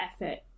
effort